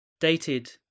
dated